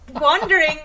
wondering